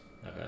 Okay